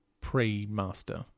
pre-master